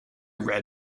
red